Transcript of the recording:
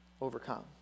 overcome